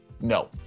No